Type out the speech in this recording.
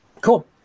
Cool